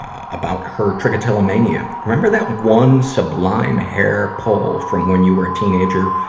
about her trichotillomania. remember that one sublime hair-pull from when you were a teenager?